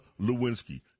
Lewinsky